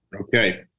Okay